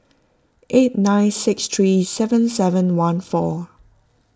eight nine six three seven seven one four